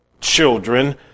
children